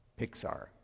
Pixar